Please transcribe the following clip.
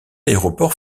aéroport